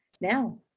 now